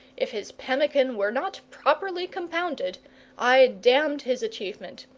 if his pemmican were not properly compounded i damned his achievement,